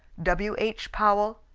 w. h. powell,